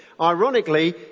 Ironically